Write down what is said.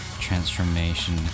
transformation